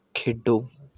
ਖੇਡੋ